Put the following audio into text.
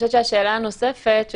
השאלה הנוספת,